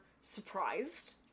surprised